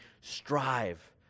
strive